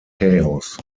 chaos